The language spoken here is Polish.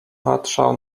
patrzał